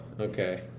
okay